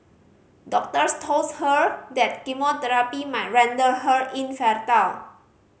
doctors told her that might render her infertile